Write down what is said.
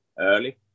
early